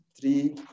three